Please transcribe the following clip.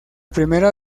primera